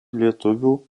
lietuvių